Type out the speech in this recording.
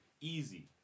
easy